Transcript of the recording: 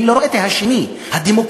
אני לא רואה את השני, הדמוקרטי.